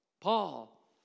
Paul